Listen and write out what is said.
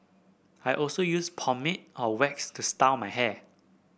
I also use pomade or wax to style my hair